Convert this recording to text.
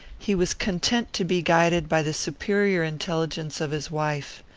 he was content to be guided by the superior intelligence of his wife.